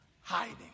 hiding